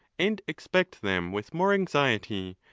and expect them with more anxiety,